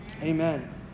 Amen